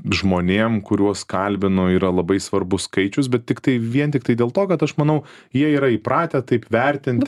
žmonėm kuriuos kalbinu yra labai svarbus skaičius bet tiktai vien tiktai dėl to kad aš manau jie yra įpratę taip vertinti